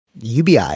ubi